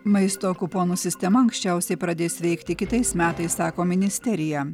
maisto kuponų sistema anksčiausiai pradės veikti kitais metais sako ministerija